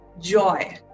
joy